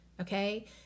okay